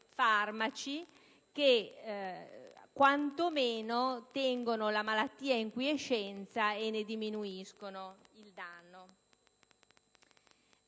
che, quantomeno, tengono la malattia in quiescenza e ne diminuiscono il danno.